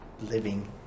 living